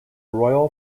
royal